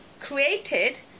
created